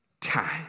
time